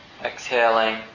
exhaling